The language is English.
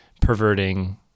perverting